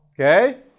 Okay